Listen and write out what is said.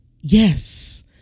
yes